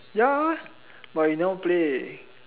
ya but you never play